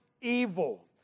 Evil